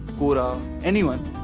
quora anyone.